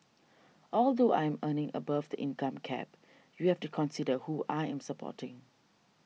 although I'm earning above the income cap you have to consider who I am supporting